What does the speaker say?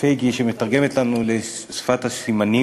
אדוני בעד התנגדות לא אלימה?